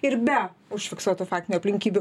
ir be užfiksuotų faktinių aplinkybių